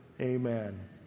Amen